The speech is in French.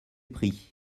pris